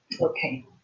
Okay